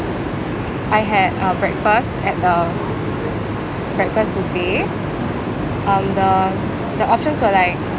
I had uh breakfast at the breakfast buffet um the the options were like